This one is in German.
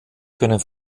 können